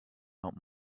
out